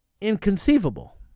inconceivable